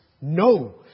No